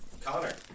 Connor